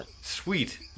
Sweet